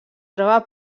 troba